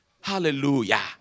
Hallelujah